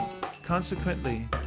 Consequently